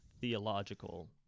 theological